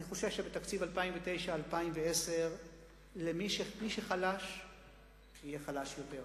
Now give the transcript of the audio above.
אני חושש שבתקציב 2009 2010 מי שחלש יהיה חלש יותר,